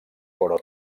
però